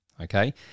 okay